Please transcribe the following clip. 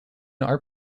are